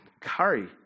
curry